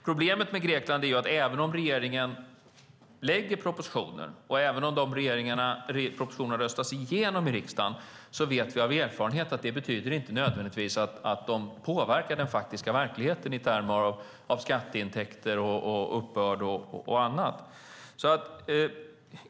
Problemet med Grekland är att även om regeringen lägger fram propositioner och även om de propositionerna röstas igenom i parlamentet så vet vi av erfarenhet att det inte nödvändigtvis betyder att de påverkar den faktiska verkligheten i termer av skatteintäkter, uppbörd och annat.